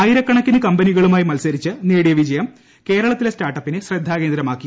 ആയിരക്കണക്കിന് കമ്പനികളുമായി മത്സരിച്ച് നേടിയ വിജയം കേരളത്തിലെ സ്റ്റാർട്ടപ്പിനെ ശ്രദ്ധാകേന്ദ്രമാക്കി